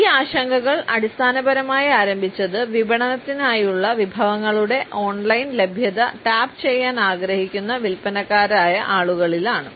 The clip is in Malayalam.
ഈ ആശങ്കകൾ അടിസ്ഥാനപരമായി ആരംഭിച്ചത് വിപണനത്തിനായുള്ള വിഭവങ്ങളുടെ ഓൺലൈൻ ലഭ്യത ടാപ്പുചെയ്യാൻ ആഗ്രഹിക്കുന്ന വിൽപ്പനക്കാരായ ആളുകളിലാണ്